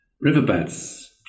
Riverbeds